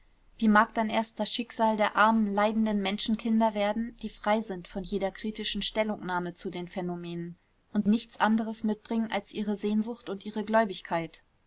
wie mag dann erst das schicksal der armen leidenden menschenkinder werden die frei sind von jeder kritischen stellungnahme zu den phänomenen und nichts anderes mitbringen als ihre sehnsucht und ihre gläubigkeit